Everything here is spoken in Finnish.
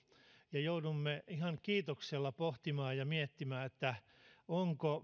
ja joudumme ihan kiitoksella pohtimaan ja miettimään onko